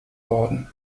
worden